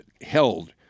held